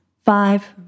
five